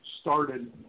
started